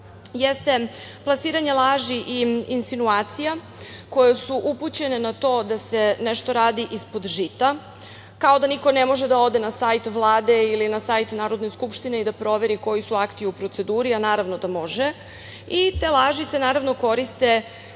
jeste plasiranje laži i insinuacija koje su upućene na to da se nešto radi ispod žita, kao da niko ne može da ode na sajt Vlade ili na sajt Narodne skupštine i da proveri koji su akti u proceduri, a naravno da može i te laži se naravno koriste